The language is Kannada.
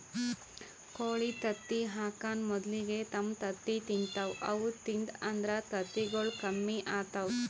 ಕೋಳಿ ತತ್ತಿ ಹಾಕಾನ್ ಮೊದಲಿಗೆ ತಮ್ ತತ್ತಿ ತಿಂತಾವ್ ಅವು ತಿಂದು ಅಂದ್ರ ತತ್ತಿಗೊಳ್ ಕಮ್ಮಿ ಆತವ್